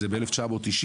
זה ב-1990,